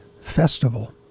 festival